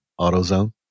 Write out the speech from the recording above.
AutoZone